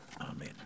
Amen